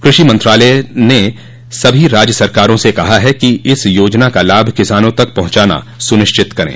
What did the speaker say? कृषि मंत्रालय ने सभी राज्य सरकारों से कहा है कि इस योजना का लाभ किसानों तक पहंचाना सुनिश्चित करें